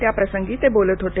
त्या प्रसंगी ते बोलत होते